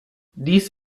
dies